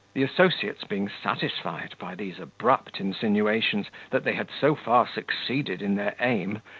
the associates being satisfied, by these abrupt insinuations, that they had so far succeeded in their aim,